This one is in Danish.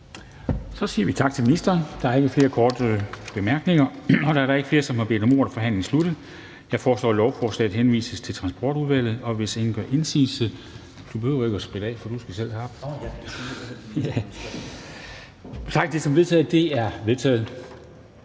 Kristensen): Tak til ministeren. Der er ikke flere korte bemærkninger. Da der ikke er flere, som har bedt om ordet, er forhandlingen sluttet. Jeg foreslår, at lovforslaget henvises til Transportudvalget, og hvis ingen gør indsigelse, betragter jeg det som vedtaget. Det er vedtaget.